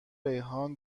ریحان